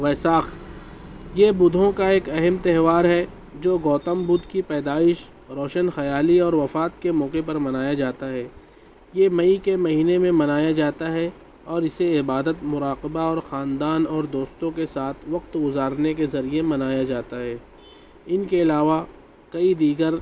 ویساکھ یہ بدھوں کا ایک اہم تہوار ہے جو گوتم بدھ کی پیدائش روشن خیالی اور وفات کے موقعے پر منایا جاتا ہے یہ مئی کے مہینے میں منایا جاتا ہے اور اسے عبادت مراقبہ اور خاندان اور دوستوں کے ساتھ وقت گزارنے کے ذریعے منایا جاتا ہے ان کے علاوہ کئی دیگر